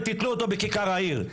ותתלו אותו בכיכר העיר,